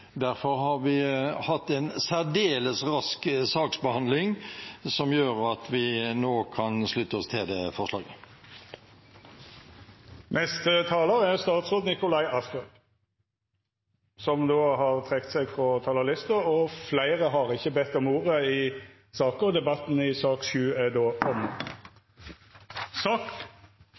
Derfor har vi hatt en særdeles rask saksbehandling, som gjør at vi nå kan slutte oss til det forslaget. Fleire har ikkje bedt om ordet til sak nr. 7. Etter ynske frå kontroll- og konstitusjonskomiteen vil presidenten ordna debatten